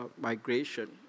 migration